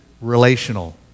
relational